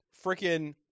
freaking